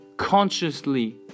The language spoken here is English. consciously